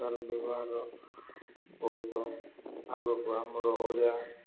ତାର ବ୍ୟବହାର ବହୁତ ଆଗକୁ ଆମର ଓଡ଼ିଆ